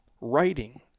writing